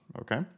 Okay